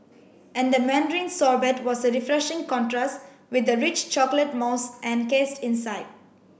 and the mandarin sorbet was a refreshing contrast with the rich chocolate mousse encased inside